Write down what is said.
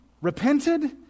repented